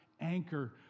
anchor